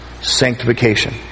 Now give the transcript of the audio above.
sanctification